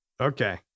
Okay